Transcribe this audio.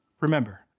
Remember